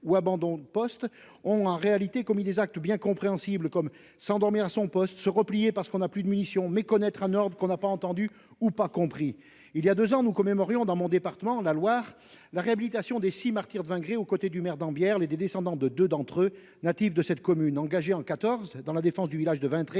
ou abandon de poste on en réalité commis des actes bien compréhensible comme s'endormir à son poste se replier parce qu'on a plus de munitions méconnaître à Nord qu'on n'a pas entendu ou pas compris il y a 2 ans nous commémorons dans mon département la Loire la réhabilitation des six martyrs de 20 gré aux côtés du maire dans bière les des descendants de 2 d'entre eux. Natif de cette commune engagée en 14 dans la défense du village de Vatry